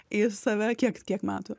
į save kiek kiek metų